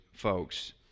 folks